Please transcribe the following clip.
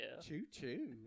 Choo-choo